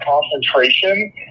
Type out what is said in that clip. concentration